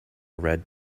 red